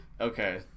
Okay